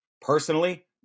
Personally